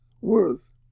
worth